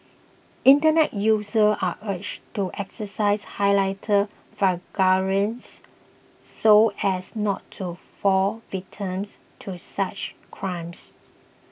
internet users are urged to exercise highlight so as not to fall victims to such crimes